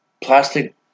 plastic